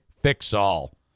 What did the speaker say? fix-all